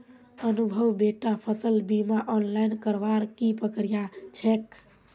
अनुभव बेटा फसल बीमा ऑनलाइन करवार की प्रक्रिया छेक